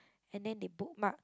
and then they bookmark